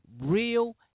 real